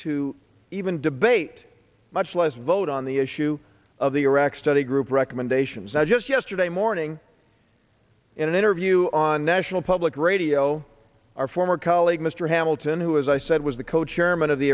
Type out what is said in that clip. to even debate much less vote on the issue of the iraq study group recommendations i just yesterday morning in an interview on national public radio our former colleague mr hamilton who as i said was the cochairman of the